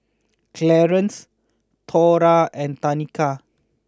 Clearence Thora and Tanika